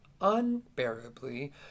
unbearably